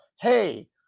hey